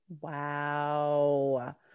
Wow